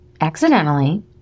accidentally